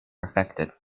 affected